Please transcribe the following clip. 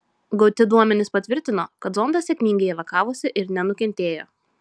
gauti duomenys patvirtino kad zondas sėkmingai evakavosi ir nenukentėjo